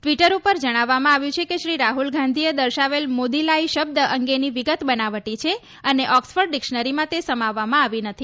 Twitter પર જણાવવામાં આવ્યું છે કે શ્રી રાહલ ગાંધીએ દર્શાવેલ મોદીલાય શબ્દ અંગેની વિગત બનાવટી છે અને ઓક્સફર્ડ ડિકશનરીમાં તે સમાવવામાં આવી નથી